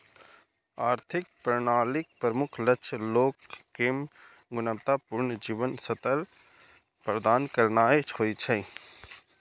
आर्थिक प्रणालीक प्रमुख लक्ष्य लोग कें गुणवत्ता पूर्ण जीवन स्तर प्रदान करनाय होइ छै